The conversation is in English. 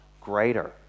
greater